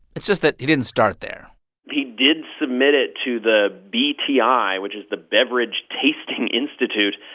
it's just that he didn't start there he did submit it to the bti, which is the beverage tasting institute.